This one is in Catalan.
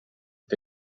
que